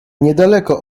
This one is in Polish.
niedaleko